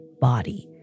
body